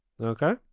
Okay